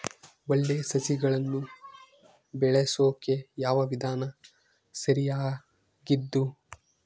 ಒಳ್ಳೆ ಸಸಿಗಳನ್ನು ಬೆಳೆಸೊಕೆ ಯಾವ ವಿಧಾನ ಸರಿಯಾಗಿದ್ದು?